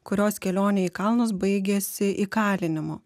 kurios kelionė į kalnus baigėsi įkalinimu